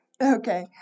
Okay